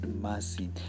mercy